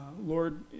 Lord